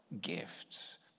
gifts